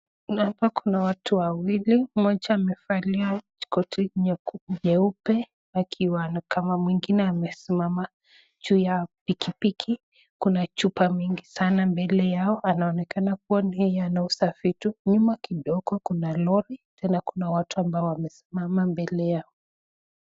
Naona hapa kuna watu wawili, mmoja amevalia koti nyeupe akiwa anaonekana mwingine amesimama juu ya pikipiki, kuna chupa mingi sana mbele yao anaonekana yeye anausafi tu, nyuma kidogo kuna lori tena kuna watu ambao wamesimama mbele yao.